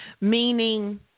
Meaning